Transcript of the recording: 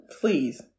Please